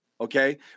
Okay